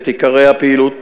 את עיקרי הפעילות